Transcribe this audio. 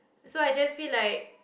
so I just feel like